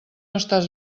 estàs